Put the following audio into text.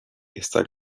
esta